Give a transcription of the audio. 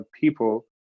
people